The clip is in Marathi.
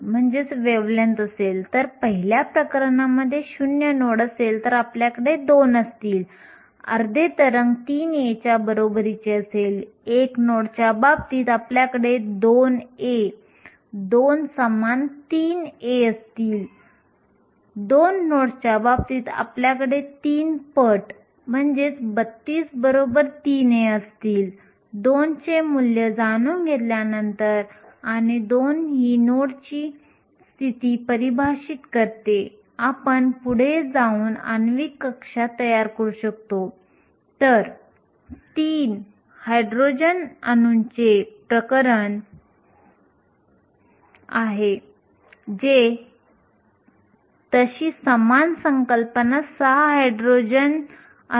आपण बहुतेकवेळा काय करतो तर आपण सिलिकॉनचा वापर हा पदार्थ म्हणून करतो कारण आजच्या मायक्रो इलेक्ट्रॉनिक्स उद्योगामध्ये सिलिकॉन ही प्रमुख सामग्री असते परंतु आपण विकसित केलेल्या सर्व संकल्पना इतर अर्धवाहकांवर तितक्याच लागू केल्या जाऊ शकतात आणि नंतर जेव्हा आपण उदाहरणे बघतो तेव्हा सिलिकॉनशी तुलना आणि तफावत करणारे इतर साहित्य देखील पाहू परंतु बहुतांश भागांसाठी आपण सिलिकॉनचा वापर करू